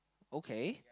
okay